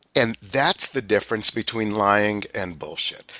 and that's the difference between lying and bullshit.